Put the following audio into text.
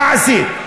מה עשית?